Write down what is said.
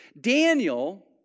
Daniel